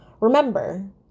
Remember